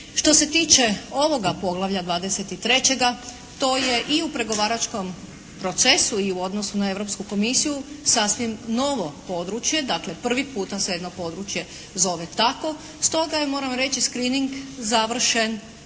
Što se tiče ovoga poglavlja 23. to je i u pregovaračkom procesu i u odnosu na Europsku komisiju sasvim novo područje. Dakle prvi puta se jedno područje zove tako. Stoga je moram reći «screening» završen